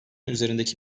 üzerindeki